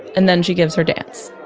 and then she gives her dance